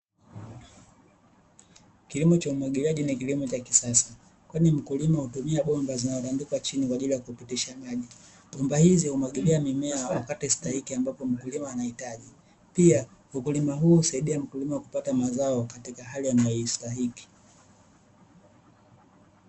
Kilimo cha umwagiliaji ni kilimo cha kisasa, kwani mkulima hutumia bomba zinazotandikwa chini kwa ajili ya kupitisha maji, bomba hizi humwagilia mimea wakati stahiki ambapo mkulima anahitaji pia ukulima huu husaidia mkulima kupata mazao katika hali anayostahiki.